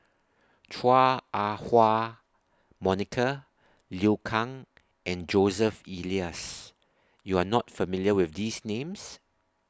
Chua Ah Huwa Monica Liu Kang and Joseph Elias YOU Are not familiar with These Names